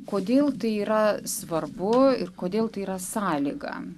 kodėl tai yra svarbu ir kodėl tai yra sąlyga